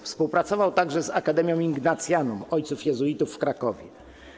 Współpracował także z Akademią Ignatianum ojców jezuitów w Krakowie.